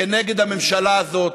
כנגד הממשלה הזאת,